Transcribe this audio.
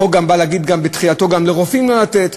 החוק בא להגיד בתחילתו, גם לרופאים לא לתת.